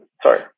Sorry